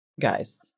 guys